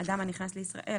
אדם הנכנס לישראל,